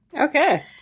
Okay